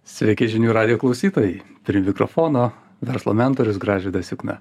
sveiki žinių radijo klausytojai prie mikrofono verslo mentorius gražvydas jukna